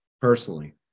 personally